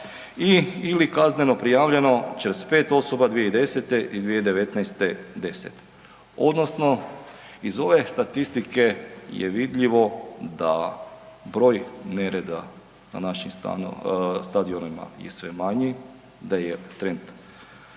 i/ili kazneno prijavljeno 45 2010. i 2019. 10 odnosno iz ove statistike je vidljivo da broj nereda na našim stadionima je sve manji, da je trend